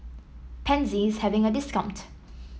Pansy is having a discount